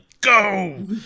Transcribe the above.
go